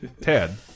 Ted